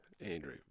Andrew